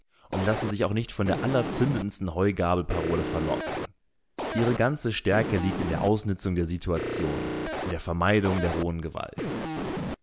und lassen sich auch nicht von der allerzündendsten heugabelparole verlocken ihre ganze stärke liegt in der ausnützung der situation in der vermeidung der rohen gewalt